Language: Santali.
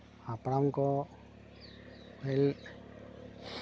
ᱦᱟᱯᱲᱟᱢ ᱠᱚ ᱯᱟᱹᱦᱤᱞ